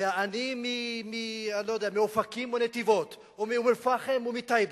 והעני מאופקים או נתיבות או מאום-אל-פחם או מטייבה,